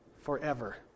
forever